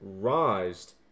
rised